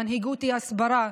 מנהיגות היא הסברה,